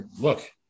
look